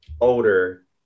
older